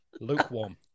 lukewarm